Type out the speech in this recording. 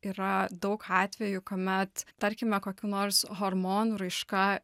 yra daug atvejų kuomet tarkime kokių nors hormonų raiška